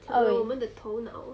ah wei